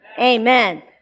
Amen